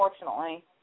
unfortunately